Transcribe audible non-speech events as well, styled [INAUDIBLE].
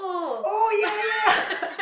oh ya ya [LAUGHS]